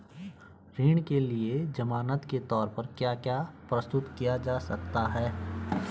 ऋण के लिए ज़मानात के तोर पर क्या क्या प्रस्तुत किया जा सकता है?